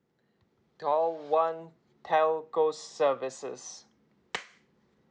call one telco services